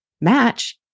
match